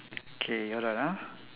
okay hold on ah